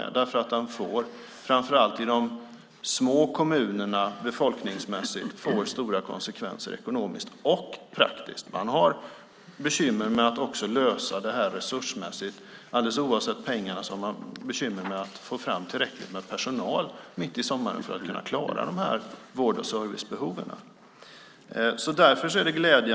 Den får framför allt i de befolkningsmässigt små kommunerna stora konsekvenser ekonomiskt och praktiskt. Man har också bekymmer med att lösa det här resursmässigt. Bortsett från pengarna har man bekymmer med att få fram tillräckligt med personal mitt i sommaren för att kunna klara vård och servicebehoven.